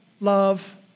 love